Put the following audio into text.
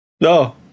No